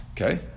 Okay